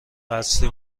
قصری